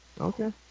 Okay